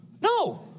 No